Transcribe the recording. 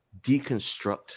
deconstruct